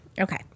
Okay